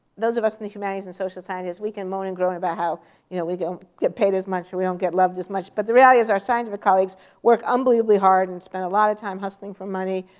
those of us in the humanities and social sciences, we can moan and groan about how you know we don't get paid as much, or we don't get loved as much. but the reality is our scientific colleagues work unbelievably hard and spend a lot of time hustling for money.